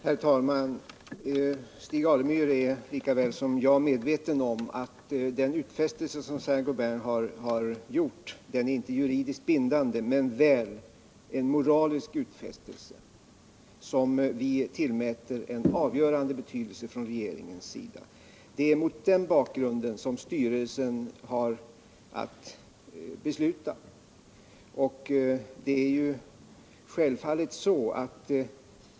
Herr talman! Stig Alemyr är lika väl som jag medveten om att den utfästelse som Saint Gobain gjort inte är juridiskt bindande. Det är en moralisk utfästelse, som regeringen tillmäter avgörande betydelse. Det är mot den bakgrunden som styrelsen har att fatta sitt beslut.